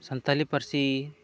ᱥᱟᱱᱛᱟᱲᱤ ᱯᱟᱹᱨᱥᱤ